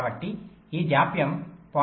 కాబట్టి ఈ జాప్యం 0